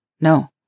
No